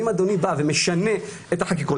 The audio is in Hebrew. ואם אדוני בא ומשנה את החקיקות,